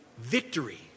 victory